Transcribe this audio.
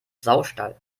saustall